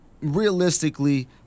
realistically